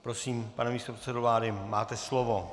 Prosím, pane místopředsedo vlády, máte slovo.